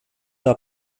der